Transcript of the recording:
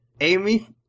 Amy